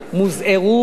מוזערו,